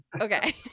Okay